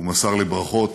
הוא מסר לי ברכות